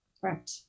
correct